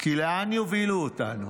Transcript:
כי לאן יובילו אותנו?